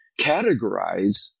categorize